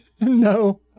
No